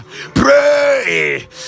pray